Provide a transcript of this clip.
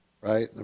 right